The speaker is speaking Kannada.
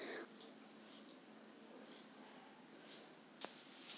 ಆಧಾರ್ ಕಾರ್ಡ್ ನ್ಯಾಗ ನನ್ ಅಡ್ರೆಸ್ ಚೇಂಜ್ ಆಗ್ಯಾದ ಅದನ್ನ ಬ್ಯಾಂಕಿನೊರಿಗೆ ಕೊಡ್ಬೇಕೇನ್ರಿ ಸಾರ್?